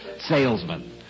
salesman